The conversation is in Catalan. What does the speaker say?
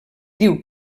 diu